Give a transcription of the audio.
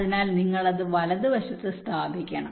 അതിനാൽ നിങ്ങൾ അത് വലതുവശത്ത് സ്ഥാപിക്കണം